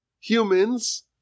humans